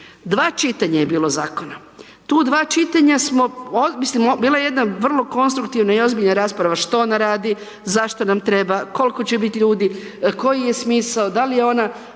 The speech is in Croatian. Dva čitanja je bilo zakona. Tu dva čitanja smo, mislim bila je jedna vrlo konstruktivna i ozbiljna rasprava što ona radi, zašto nam treba, koliko će biti ljudi, koji je smisao, da li je ona